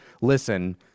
listen